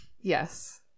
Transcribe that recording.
Yes